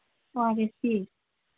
ꯑꯣ ꯑꯥꯔ ꯑꯦꯁꯇꯤ